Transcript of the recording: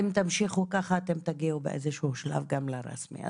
אם תמשיכו ככה אתם תגיעו באיזה שהוא שלב גם לרשמי.